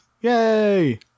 Yay